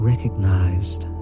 Recognized